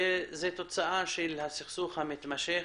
תוצאה של הסכסוך המתמשך.